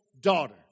daughter